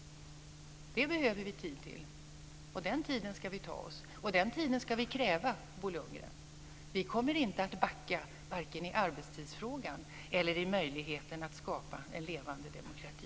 Detta behöver vi tid till, och den tiden ska vi ta oss. Den tiden ska vi kräva, Bo Lundgren. Vi kommer inte att backa, varken i arbetstidsfrågan eller när det gäller möjligheten att skapa en levande demokrati.